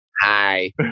Hi